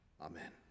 amen